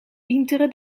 pientere